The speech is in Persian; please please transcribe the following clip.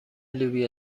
لوبیا